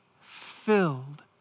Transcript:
filled